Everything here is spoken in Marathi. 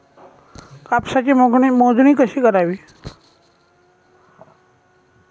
कापसाची मोजणी कशी करावी?